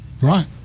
Right